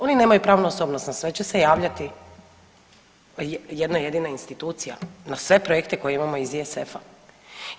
Oni nemaju pravnu osobnost, na sve će se javljati jedna jedina institucija, na sve projekte koje imamo iz ISF-a.